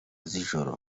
z’ijoro